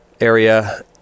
area